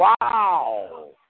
Wow